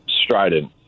strident